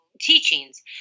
teachings